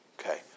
Okay